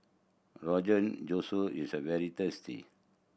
Rogan is a very tasty